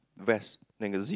vest then got zip